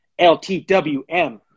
LTWM